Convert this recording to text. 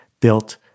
built